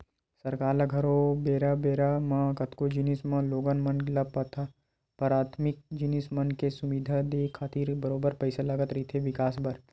सरकार ल घलो बेरा बेरा म कतको जिनिस म लोगन मन ल पराथमिक जिनिस मन के सुबिधा देय खातिर बरोबर पइसा लगत रहिथे बिकास बर